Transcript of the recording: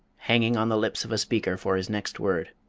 hanging on the lips of a speaker for his next word.